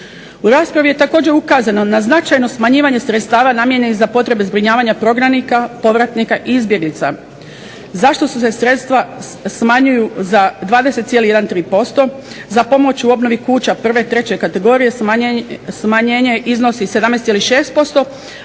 U raspravi je također ukazano na značajno smanjivanje sredstava namijenjenih za potrebe zbrinjavanja prognanika, povratnika i izbjeglica. Zašto se sredstva smanjuju za 20,1% za pomoć u obnovi kuća prve i treće kategorije smanjenje iznosi 17,6%